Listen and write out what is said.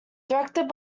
directed